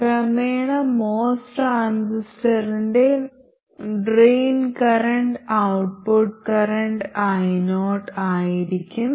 ക്രമേണ MOS ട്രാൻസിസ്റ്ററിന്റെ drain current output current io ആയിരിക്കും